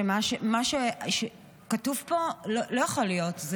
מה שכתוב פה לא יכול להיות,